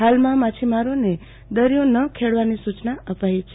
હાલમાં માછીમારોને દરિયો ન ખેડવાની સૂચના અપાઈ છે